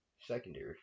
Secondary